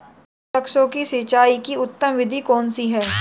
फल वृक्षों की सिंचाई की उत्तम विधि कौन सी है?